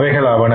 அவைகளாவன